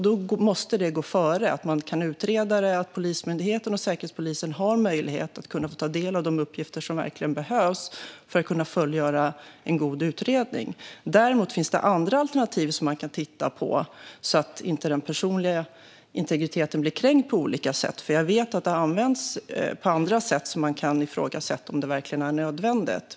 Det måste gå före att man kan utreda det och att Polismyndigheten och Säkerhetspolisen har möjlighet att kunna få ta del av de uppgifter som verkligen behövs för att kunna fullgöra en god utredning. Däremot finns det andra alternativ som man kan titta på så att inte den personliga integriteten blir kränkt på olika sätt. Jag vet att det använts på andra sätt där man kan ifrågasätta om det verkligen är nödvändigt.